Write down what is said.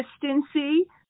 consistency